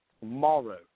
tomorrow